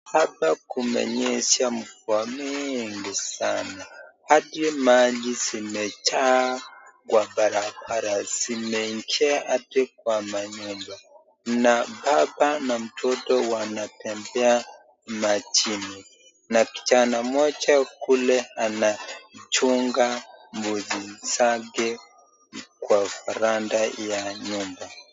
Hapa kumenyesha mvua mingi sana hadi maji zimejaa kwa barabara zimeingia hadi kwa manyumba na baba na mtoto wanatembea majini na kijana mmoja kule anachunga mbuzi zake kwa veranda ya nyumba.